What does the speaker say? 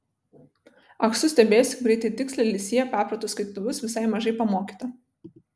ah su stebėjosi kaip greitai ir tiksliai li sija perprato skaitytuvus visai mažai pamokyta